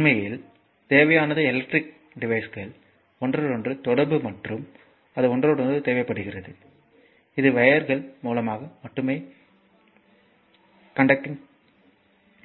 எனவே உண்மையில் நமக்குத் தேவையானது எலக்ட்ரிகல் டிவைஸ்கள் ஒன்றோடொன்று தொடர்பு மற்றும் அது ஒன்றோடொன்று தேவைப்படுகிறது இது வையர்கள் மூலமாக மட்டுமே காண்டக்ட்ய்ங்